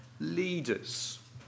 leaders